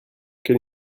can